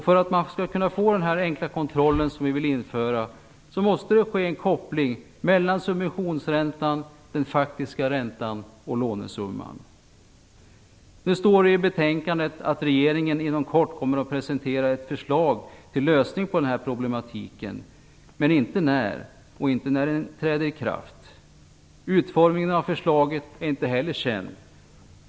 För att man skall kunna få den här enkla kontrollen som vi vill införa, måste det ske en koppling mellan subventionsräntan, den faktiska räntan och lånesumman. Det står i betänkandet att regeringen inom kort kommer att presentera ett förslag till lösning av det här problemet. Det står dock inte när det skall ske eller när det skall träda i kraft. Utformningen av förslaget är inte heller känd.